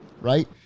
right